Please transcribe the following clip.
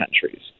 countries